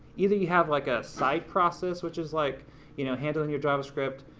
either you have like a side process which is like you know handling your javascript,